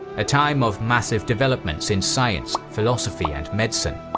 a time of massive developments in science, philosophy, and medicine.